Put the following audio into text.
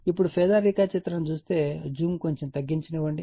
ఇప్పుడు ఫేజార్ రేఖాచిత్రం చూస్తే జూమ్ తగ్గించుకోనివ్వండి